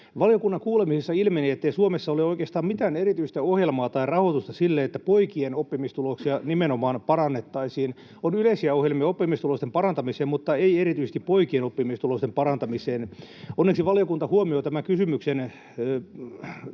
Valiokunnan kuulemisessa ilmeni, ettei Suomessa ole oikeastaan mitään erityistä ohjelmaa tai rahoitusta sille, että nimenomaan poikien oppimistuloksia parannettaisiin. On yleisiä ohjelmia oppimistulosten parantamiseen, mutta ei erityisesti poikien oppimistulosten parantamiseen. Onneksi valiokunta huomioi tämän kysymyksen